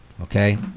Okay